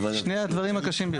אלה הדברים הכבדים.